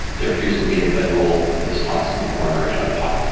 there appears to be a bedroll that is tossed in the corner and a pot.